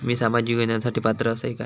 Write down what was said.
मी सामाजिक योजनांसाठी पात्र असय काय?